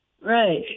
Right